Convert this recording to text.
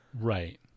Right